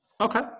okay